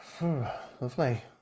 Lovely